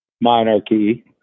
monarchy